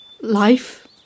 life